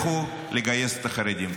לכו לגייס את החרדים.